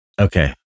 Okay